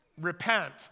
repent